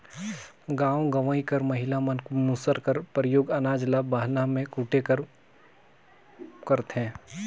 गाँव गंवई कर महिला मन मूसर कर परियोग अनाज ल बहना मे कूटे बर करथे